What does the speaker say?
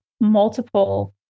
multiple